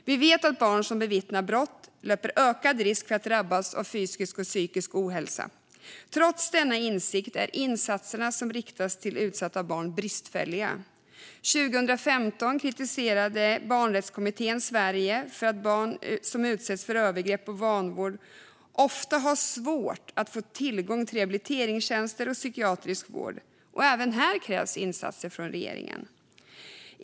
Vi vet att barn som bevittnar brott löper ökad risk för att drabbas av fysisk och psykisk ohälsa. Trots denna insikt är insatserna som riktas till utsatta barn bristfälliga. År 2015 kritiserade Barnrättskommittén Sverige för att barn som utsätts för övergrepp och vanvård ofta har svårt att få tillgång till rehabiliteringstjänster och psykiatrisk vård. Även här krävs insatser från regeringen.